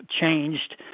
changed